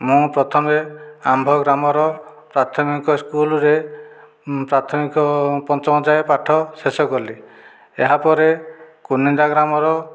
ମୁଁ ପ୍ରଥମେ ଆମ୍ଭ ଗ୍ରାମର ପ୍ରାଥମିକ ସ୍କୁଲ୍ରେ ପ୍ରାଥମିକ ପଞ୍ଚମ ଯାଏଁ ପାଠ ଶେଷ କଲି ଏହାପରେ କୁନିନ୍ଦା ଗ୍ରାମର